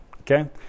Okay